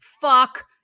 Fuck